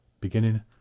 beginning